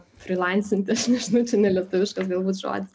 frilancinti aš nežinau čia ne lietuviškas galbūt žodis